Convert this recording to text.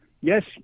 Yes